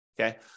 Okay